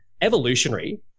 evolutionary